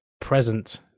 present